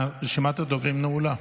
רשימת הדוברים נעולה.